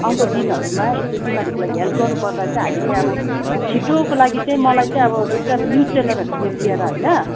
आउँदो दिनहरूमा यसरी बिमारीको लागि हेल्प गर्नुपर्दा चाहिँ हामीले अब छिट्टोको लागि चाहिँ मलाई चाहिँ अब जस्तै अब न्युज च्यानलहरूतिर दिएर हैन